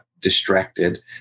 distracted